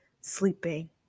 sleeping